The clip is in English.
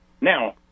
Now